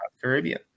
Caribbean